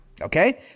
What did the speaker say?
okay